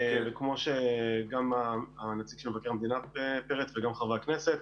כמו שגם הנציג של מבקר המדינה פירט וגם חברי הכנסת.